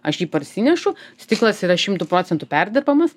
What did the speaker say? aš jį parsinešu stiklas yra šimtu procentų perdirbamas